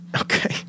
Okay